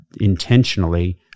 intentionally